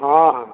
ହଁ ହଁ